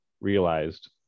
realized